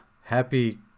happy